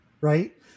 Right